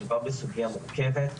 מדובר בסוגייה מורכבת,